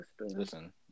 Listen